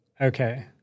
Okay